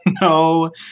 no